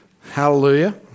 Hallelujah